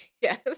Yes